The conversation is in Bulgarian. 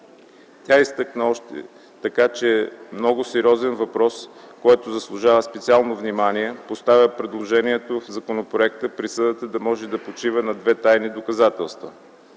Тя изтъкна също така, че много сериозен въпрос, който заслужва специално внимание, поставя предложението в законопроекта присъдата да може да почива на две тайни доказателства.